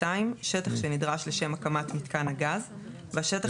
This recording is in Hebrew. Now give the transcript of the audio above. (2)שטח שנדרש לשם הקמת מיתקן הגז והשטח